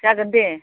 जागोन दे